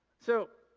so,